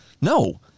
No